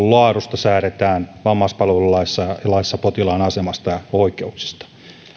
laadusta säädetään vammaispalvelulaissa ja laissa potilaan asemasta ja oikeuksista se